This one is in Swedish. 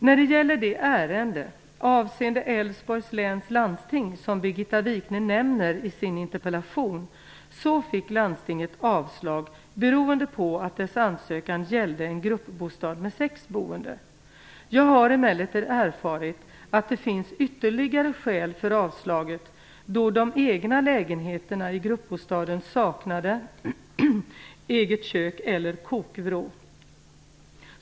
När det gäller det ärende avseende Älvsborgs läns landsting som Birgitta Wichne nämner i sin interpellation fick landstinget avslag beroende på att dess ansökan gällde en gruppbostad med sex boende. Jag har emellertid erfarit att det finns ytterligare skäl för avslaget då de egna lägenheterna i gruppbostaden saknade eget kök eller kokvrå.